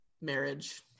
marriage